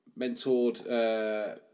mentored